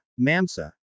Mamsa